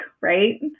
right